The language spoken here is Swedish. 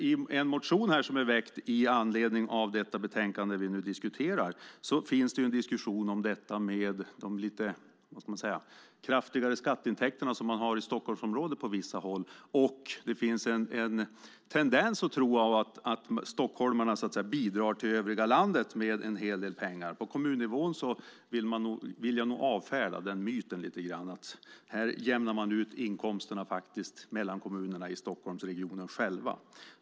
I en motion som är väckt i anledning av det betänkande vi nu debatterar finns det en diskussion om de lite kraftigare skatteintäkter som man har på vissa håll i Stockholmsområdet. Det finns en tendens att tro att stockholmarna bidrar med en hel del pengar till övriga landet. Jag vill nog avfärda myten att man själv jämnar ut inkomsterna mellan kommunerna i Stockholmsregionen.